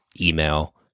email